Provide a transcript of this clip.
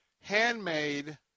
handmade